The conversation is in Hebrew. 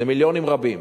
זה מיליונים רבים.